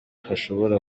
hashobora